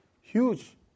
huge